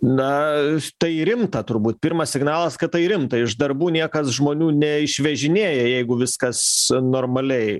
na tai rimta turbūt pirmas signalas kad tai rimta iš darbų niekas žmonių neišvežinėja jeigu viskas normaliai